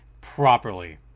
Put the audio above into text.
properly